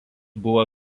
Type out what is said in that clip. buvo